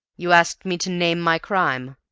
you asked me to name my crime!